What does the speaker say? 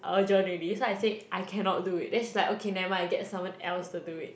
urgent already so I said I cannot do it then she's like okay never mind then get someone else to do it